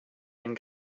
den